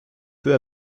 peu